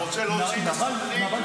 אתה רוצה להוציא --- לך לגפני.